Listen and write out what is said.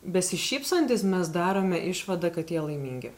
besišypsantys mes darome išvadą kad jie laimingi